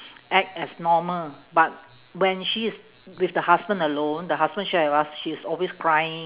act as normal but when she is with the husband alone the husband share with us she's always crying